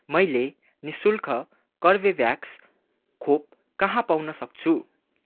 मैले नि शुल्क कर्बेभ्याक्स खोप कहाँ पाउन सक्छु